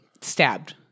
stabbed